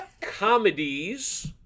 comedies